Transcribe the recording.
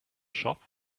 shop